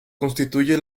constituye